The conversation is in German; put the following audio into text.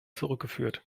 zurückgeführt